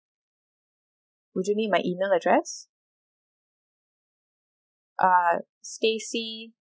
would you need my email address uh stacey